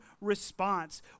response